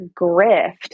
grift